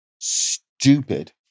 stupid